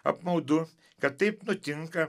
apmaudu kad taip nutinka